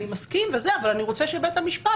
אני מסכים, אבל אני רוצה שבית המשפט